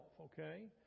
okay